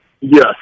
Yes